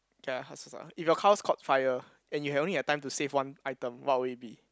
okay ah hustle ah if your house caught fire and you have only have time to save one item what would it be